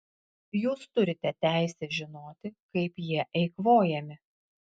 jūs turite teisę žinoti kaip jie eikvojami